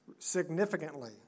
significantly